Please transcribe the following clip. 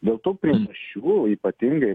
dėl tų priežasčių ypatingai